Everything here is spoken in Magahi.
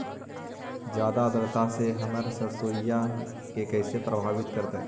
जादा आद्रता में हमर सरसोईय के कैसे प्रभावित करतई?